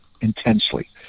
intensely